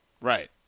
Right